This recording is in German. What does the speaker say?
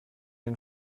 den